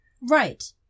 right